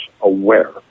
aware